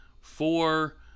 Four